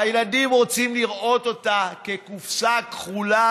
הילדים רוצים לראות אותה כקופסה כחולה